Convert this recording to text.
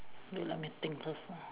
wait let me think first ah